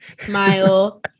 smile